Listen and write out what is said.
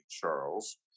Charles